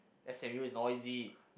S_M_U is noisy